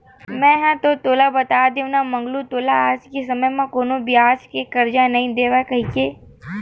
मेंहा तो तोला बता देव ना मंगलू तोला आज के समे म कोनो बिना बियाज के करजा नइ देवय कहिके